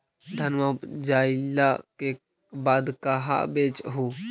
धनमा उपजाईला के बाद कहाँ बेच हू?